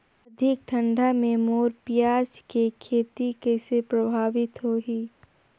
अधिक ठंडा मे मोर पियाज के खेती कइसे प्रभावित होही?